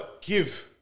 give